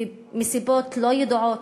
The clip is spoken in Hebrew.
ומסיבות לא ידועות,